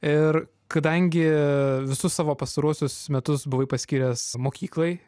ir kadangi visus savo pastaruosius metus buvai paskyręs mokyklai